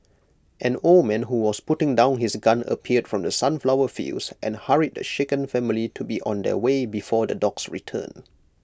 an old man who was putting down his gun appeared from the sunflower fields and hurried the shaken family to be on their way before the dogs return